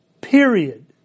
Period